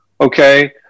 okay